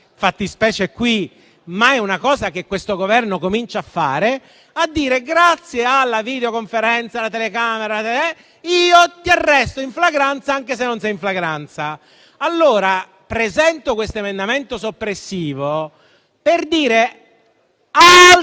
fattispecie, ma è una cosa che questo Governo comincia a fare e a dire: grazie alla videoconferenza o alla telecamera, io ti arresto in flagranza, anche se non sei in flagranza. Allora, presento questo emendamento soppressivo per dire alt,